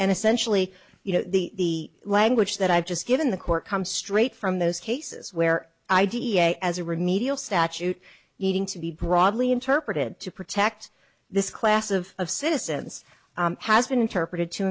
and essentially you know the language that i've just given the court comes straight from those cases where i d e a as a remedial statute needing to be broadly interpreted to protect this class of of citizens has been interpreted to